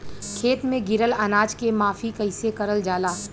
खेत में गिरल अनाज के माफ़ी कईसे करल जाला?